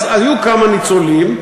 אז היו כמה ניצולים,